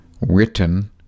written